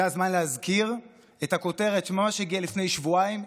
זה הזמן להזכיר את הכותרת שהגיעה ממש לפני שבועיים,